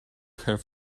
have